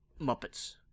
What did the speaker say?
Muppets